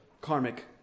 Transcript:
karmic